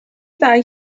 ddau